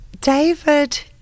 David